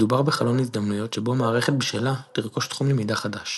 מדובר בחלון ההזדמנויות שבו המערכת בשלה לרכוש תחום למידה חדש.